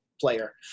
player